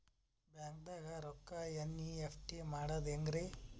ಬ್ಯಾಂಕ್ದಾಗ ರೊಕ್ಕ ಎನ್.ಇ.ಎಫ್.ಟಿ ಮಾಡದ ಹೆಂಗ್ರಿ?